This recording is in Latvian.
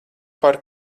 par